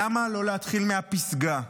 למה לא להתחיל מהפסגה?